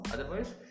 Otherwise